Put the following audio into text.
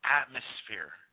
atmosphere